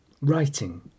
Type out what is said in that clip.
writing